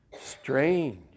Strange